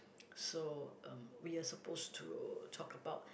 so um we were supposed to talk about